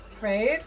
right